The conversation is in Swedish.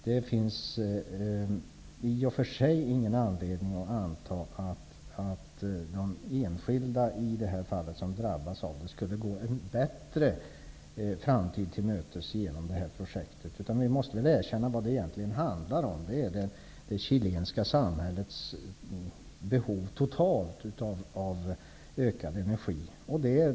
Det finns i och för sig ingen anledning att anta att de enskilda som drabbas i detta fall skulle gå en bättre framtid till mötes genom detta projekt, utan vi måste väl erkänna att vad det egentligen handlar om är det chilenska samhällets behov totalt av ökad energi.